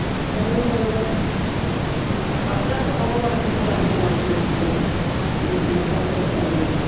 বাৰু বাৰু বাৰু আছে আছে হ'ব বাৰু ঠিক আছে আহিব বাৰু ঠিক আছে হ'ব হ'ব ঠিক আছে আহিব হ'ব